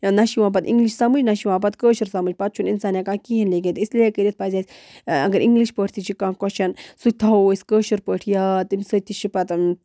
نہَ چھُ یِوان پَتہٕ اِنٛگلِش سَمھٕج نہَ چھُے یِوان پَتہٕ کٲشُر سمُجھ پَتہٕ چھُنہٕ اِنسان ہٮ۪کان کِہیٖنٛۍ لیٖکھِتھ اِسلیے کٔرِتھ پَزِ اَسہِ اگر اِنگلِش پٲٹھۍ تہِ چھُ کانٛہہ کوسچن سُہ تھاوو أسۍ کٲشِر پٲٹھۍ یاد تمہِ سٍتۍ تہِ چھِ پَتہٕ